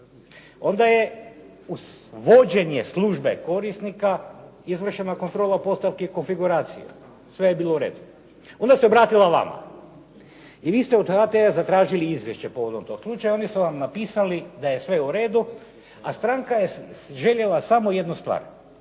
Onda je uz vođenje službe korisnika izvršena kontrola postavki i konfiguracija, sve je bilo u redu. Onda se vratila vama i vi ste od HT zatražili izvješće povodom tog slučaja, oni su vam napisali da je sve u redu, a stranka je željela samo jednu stvar,